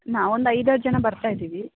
ನಾವೊಂದು ಐದಾರು ಜನ ಬರ್ತಾ ಇದ್ದೀವಿ